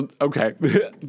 Okay